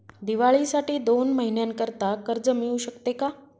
दिवाळीसाठी दोन महिन्याकरिता कर्ज मिळू शकते का?